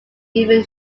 even